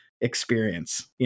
experience